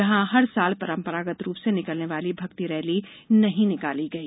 यहां हर साल परंपरागत रुप से निकलने वाली भक्ति रैली नही निकाली गई